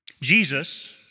Jesus